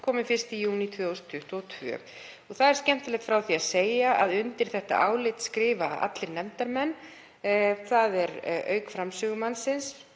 komi: 1. júní 2022. Það er skemmtilegt frá því að segja að undir þetta álit skrifa allir nefndarmenn. Það eru, auk framsögumanns,